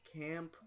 Camp